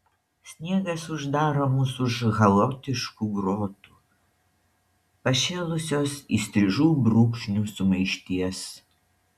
sniegas uždaro mus už chaotiškų grotų pašėlusios įstrižų brūkšnių sumaišties